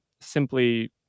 simply